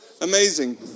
amazing